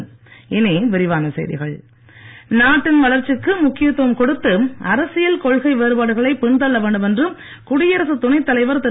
ஆராதனை விழா நாட்டின் வளர்ச்சிக்கு முக்கியத்துவம் கொடுத்து அரசியல் கொள்கை வேறுபாடுகளை பின் தள்ள வேண்டும் என்று குடியரசுத் துணைத் தலைவர் திரு